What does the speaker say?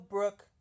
Brooke